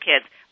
kids